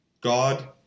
God